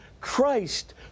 Christ